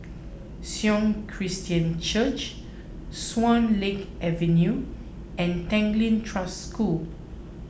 Sion Christian Church Swan Lake Avenue and Tanglin Trust School